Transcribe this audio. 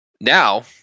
now